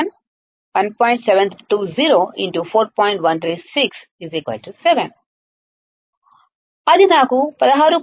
ఇప్పుడు మళ్ళీ నేను డెసిబెల్స్ లో నా గైన్ మార్చాలనుకుంటున్నాను అప్పుడు నేను ఉపయోగించాలి 20 లాగ్ అది నాకు 16